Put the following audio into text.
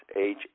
age